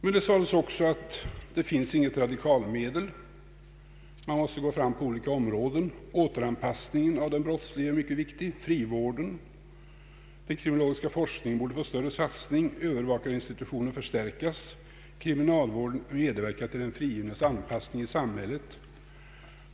Men det sades också att det inte finns något radikalmedel. Man måste gå fram på olika områden. Återanpassningen av den brottslige är mycket viktig, t.ex. frivården. Den kriminologiska forskningen borde få större resurser, Övervakningsinstitutionen förstärkas, kriminalvården borde medverka till den frigivnes anpassning i samhället.